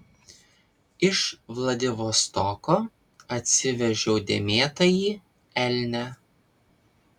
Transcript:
iš vladivostoko atsivežiau dėmėtąjį elnią